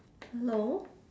hello